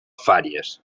fàries